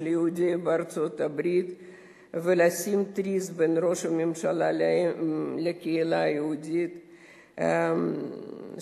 יהודי ארצות-הברית ולשים טריז בין ראש הממשלה לבין הקהילה היהודית שם.